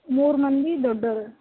ಮೂರು ಮಂದಿ ದೊಡ್ಡವ್ರು